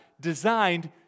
designed